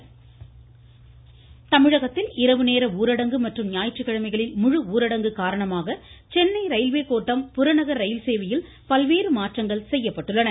ரயில் சேவை தமிழகத்தில் இரவுநேர ஊரடங்கு மற்றும் ஞாயிற்றுக்கிழமைகளில் முழு ஊரடங்கு காரணமாக சென்னை ரயில்வே கோட்டம் புறநகர் ரயில் சேவையில் பல்வேறு மாற்றங்கள் செய்யப்பட்டுள்ளன